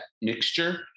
mixture